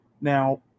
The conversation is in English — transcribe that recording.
Now